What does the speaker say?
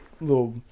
little